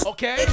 Okay